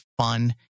fun